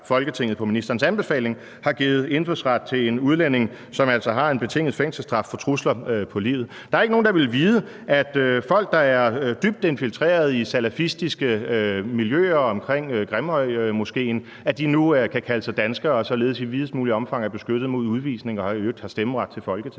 Folketinget på ministerens anbefaling har givet indfødsret til en udlænding, som altså har en betinget fængselsstraf for trusler på livet. Der er ikke nogen, der ville vide, at folk, der er dybt infiltreret i salafistiske miljøer omkring Grimhøjmoskéen, nu kan kalde sig danskere, og således i videst muligt omfang er beskyttet mod udvisning og i øvrigt har stemmeret til Folketinget